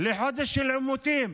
לחודש של עימותים.